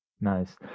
Nice